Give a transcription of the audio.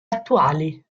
attuali